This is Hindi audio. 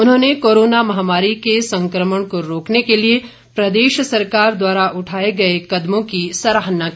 उन्होंने कोरोना महामारी के संक्रमण को रोकने के लिए प्रदेश सरकार द्वारा उठाए गए कदमों की सराहना की